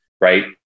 Right